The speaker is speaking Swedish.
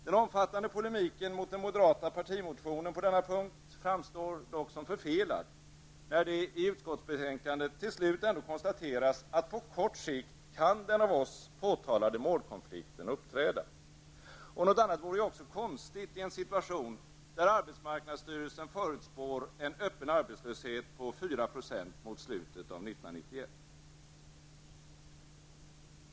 Den omfattande polemiken mot den moderata partimotionen på denna punkt framstår dock som förfelad, när det i utskottsbetänkandet till slut ändå konstateras att på kort sikt kan den av oss påtalade målkonflikten uppträda. Något annat vore också konstigt i en situation där arbetsmarknadsstyrelsen förutspår en öppen arbetslöshet på 4 % mot slutet av 1991.